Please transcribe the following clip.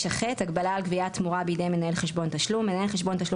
הגבלה על גביית תמורה בידי מנהל חשבון תשלום 39ח. מנהל חשבון תשלום